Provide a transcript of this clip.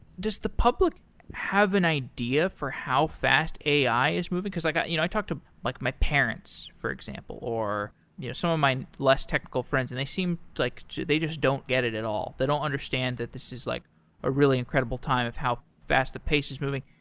does the public have an idea for how fast a i. is moving? like i you know i talked to like my parents, for example, or you know some of my less technical friends, and they seem like they don't get it it all. they don't understand that this is like a really incredible time of how fast the pace is moving.